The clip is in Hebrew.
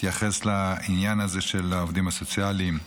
להתייחס לעניין הזה של העובדים הסוציאליים.